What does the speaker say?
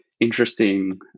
interesting